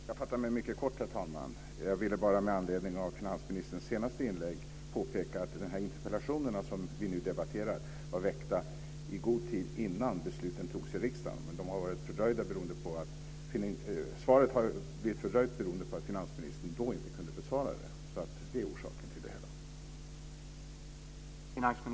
Herr talman! Jag ska fatta mig mycket kort. Jag ville bara med anledning av finansministerns senaste inlägg påpeka att den interpellation som nu debatterats var väckt i god tid innan beslutet fattades i riksdagen. Svaret har blivit fördröjt beroende på att finansministern inte kunnat besvara den. Det är orsaken.